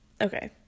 okay